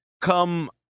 come